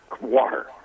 water